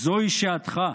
זוהי שעתך.